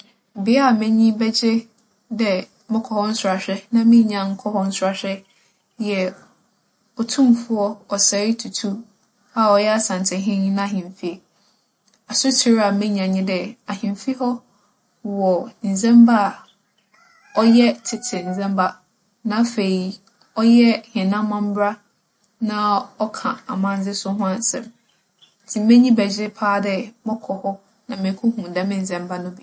Bea a m'enyi bɛgye dɛ mͻkͻ hͻ nserahwɛ na minnyaa nnkͻͻ hͻ nserahwɛ yɛ Otumfoͻ Osei TuTu a ͻyɛ Asantsehen n'ahemfie. Asotsir a menya nye dɛ, ahemfie hͻ wͻ ndzɛmba a ͻyɛ tsetse ndzɛmba. Na afei, ͻyɛ hɛn amambra na ͻka amandze so ho asɛm. Ntsi m'enyi bɛgye paa dɛ mͻkͻ hͻ na mekohu dɛm ndzɛmba no bi.